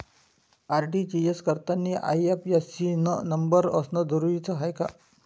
RTGS करतांनी IFSC न number असनं जरुरीच हाय का?